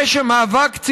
55, נגד, 14, אין נמנעים.